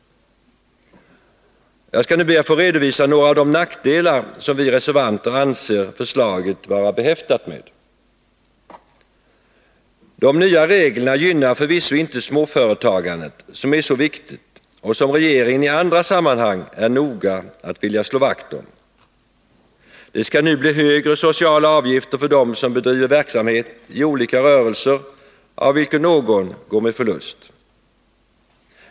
Jag skall nu be att få redovisa några av de nackdelar som vi reservanter anser förslaget vara behäftat med. De nya reglerna gynnar förvisso inte småföretagandet, som är så viktigt och som regeringen i andra sammanhang är noga att vilja slå vakt om. Det skall nu bli högre sociala avgifter för dem som bedriver verksamhet i olika rörelser, av vilka någon går med förlust.